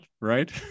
right